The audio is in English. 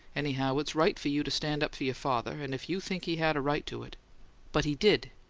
anyhow, it's right for you to stand up for your father and if you think he had a right to it but he did!